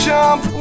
Jump